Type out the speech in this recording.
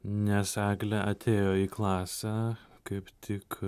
nes eglė atėjo į klasę kaip tik